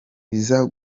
biza